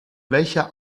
welcher